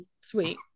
sweet